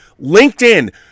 LinkedIn